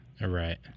Right